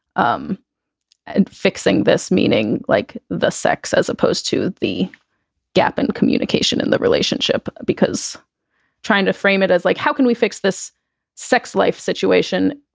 um and fixing this, meaning like the sex as opposed to the gap in communication in the relationship, because trying to frame it as like how can we fix this sex life situation?